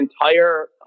entire